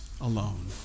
alone